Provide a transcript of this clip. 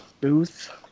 booth